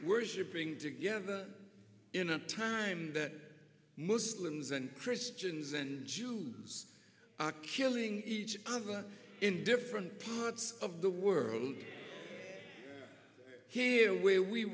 worshipping together in a time that muslims and christians and jews are killing each other in different parts of the world here where we